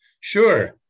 Sure